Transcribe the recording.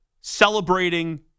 celebrating